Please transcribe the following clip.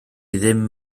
ddim